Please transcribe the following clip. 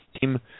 team